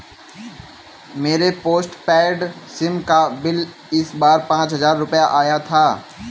मेरे postpaid sim का bill इस बार पाँच हजार रुपए आया था